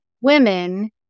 women